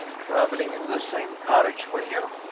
traveling in the same carriage with you?